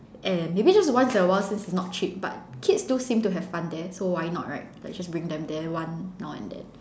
and maybe just once in a while since it's not cheap but kids do seem to have fun there so why not right like just bring them there one now and then